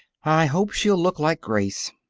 i hope she'll look like grace.